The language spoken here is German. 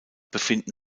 befinden